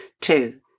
Two